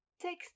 text